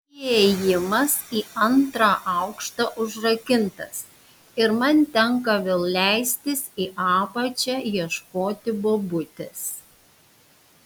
įėjimas į antrą aukštą užrakintas ir man tenka vėl leistis į apačią ieškoti bobutės